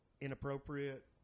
inappropriate